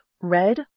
red